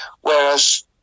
whereas